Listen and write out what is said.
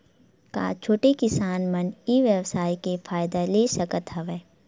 का छोटे किसान मन ई व्यवसाय के फ़ायदा ले सकत हवय?